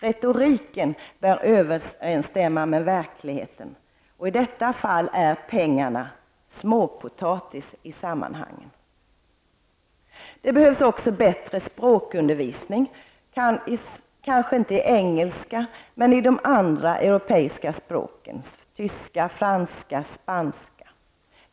Retoriken bör överensstämma med verkligheten, och i detta fall är pengarna småpotatis i sammanhangen. Det behövs också bättre språkundervisning, kanske inte i engelska men i de andra europeiska språken -- tyska, franska, spanska.